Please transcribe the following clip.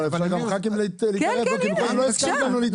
אבל לנו חברי הכנסת לא הסכמת להתערב.